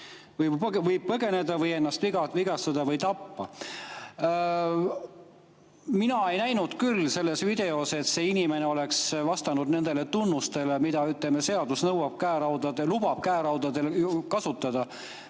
võib põgeneda või ennast vigastada või tappa. Mina ei näinud küll selles videos, et see inimene oleks vastanud nendele tunnustele, mis juhul seadus lubab käeraudu kasutada.